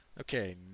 Okay